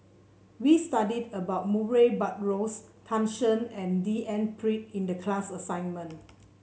we studied about Murray Buttrose Tan Shen and D N Pritt in the class assignment